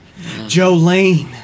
Jolene